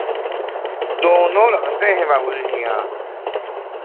दोनों लगते हैं बाबूजी हियाँ